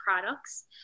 products